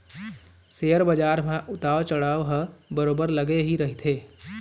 share बजार म उतार चढ़ाव ह बरोबर लगे ही रहिथे